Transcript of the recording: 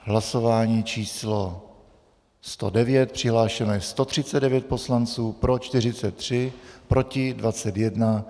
Hlasování číslo 109, přihlášeno je 139 poslanců, pro 43, proti 21.